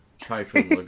Typhoon